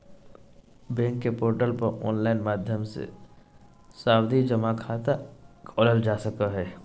bank के portal पर online माध्यम से सावधि जमा खाता खोलल जा सको हय